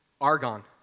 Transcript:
argon